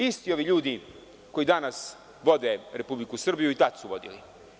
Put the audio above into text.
Isti ovi ljudi koji danas vode Republiku Srbiju i tada su vodili.